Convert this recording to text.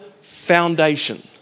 foundation